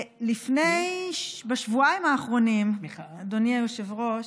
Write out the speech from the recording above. בשבועיים האחרונים, אדוני היושב-ראש,